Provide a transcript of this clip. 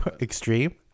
Extreme